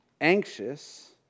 anxious